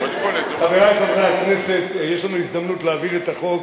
חברי חברי הכנסת, יש לנו הזדמנות להעביר את החוק,